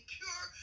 pure